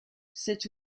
sept